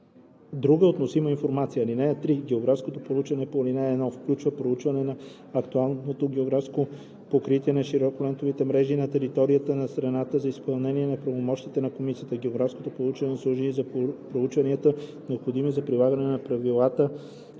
друга относима информация. (3) Географското проучване по ал. 1 включва проучване на актуалното географско покритие на широколентовите мрежи на територията на страната за изпълнение на правомощията на комисията. Географското проучване служи и за проучванията, необходими за прилагане на правилата